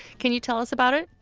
can you tell us about it?